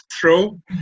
throw